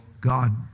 God